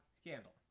scandal